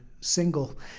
single